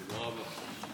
תודה רבה.